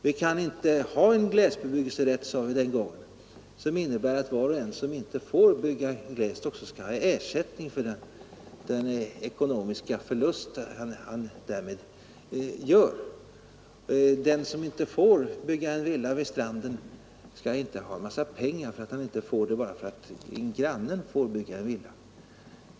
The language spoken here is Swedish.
Vi kan inte ha en glesbebyggelserätt, sade vi den gången, som innebär att var och en som inte får bygga glest också skall ha ersättning för den ekonomiska förlust han därmed lider. Den som inte får bygga en villa vid stranden skall inte ha en massa pengar för att han inte får göra det, bara därför att grannen får bygga en villa.